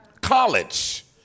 College